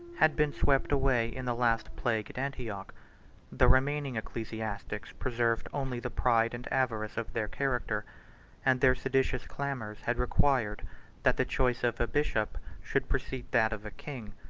had been swept away in the last plague at antioch the remaining ecclesiastics preserved only the pride and avarice of their character and their seditious clamors had required that the choice of a bishop should precede that of a king.